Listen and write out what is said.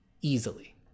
easily